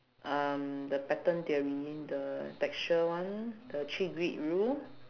um the pattern theory the texture one the three grid rule